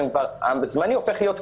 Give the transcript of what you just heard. סגירה הרמטית כזאת היא פגיעה מאוד מאוד